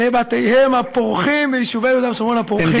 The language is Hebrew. לבתיהם הפורחים ביישובי יהודה ושומרון הפורחים.